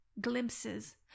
glimpses